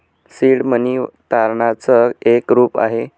seed money तारणाच एक रूप आहे